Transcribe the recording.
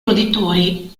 roditori